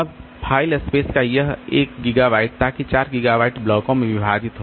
अब file space का यह 1 गीगाबाइट ताकि 4 गीगाबाइट ब्लॉकों में विभाजित हो